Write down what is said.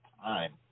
time